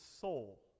soul